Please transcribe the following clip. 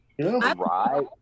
Right